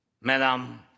madam